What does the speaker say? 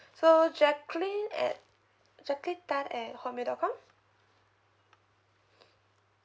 so jacqueline at jacqueline tan at Hotmail dot com